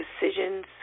decisions